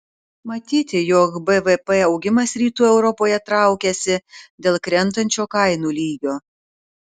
matyti jog bvp augimas rytų europoje traukiasi dėl krentančio kainų lygio